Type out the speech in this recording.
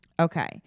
Okay